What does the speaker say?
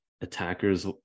attackers